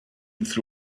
through